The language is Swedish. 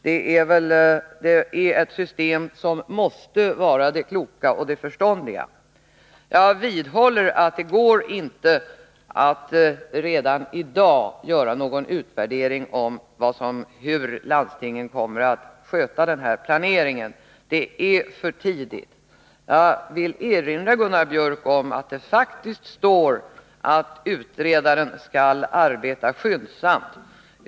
Men det är ett system som måste vara det kloka och förståndiga. Jag vidhåller att det inte går att redan i dag göra någon utvärdering av hur landstingen kommer att sköta denna planering — det är för tidigt. Jag vill erinra Gunnar Biörck om att det faktiskt står att utredaren skall arbeta skyndsamt.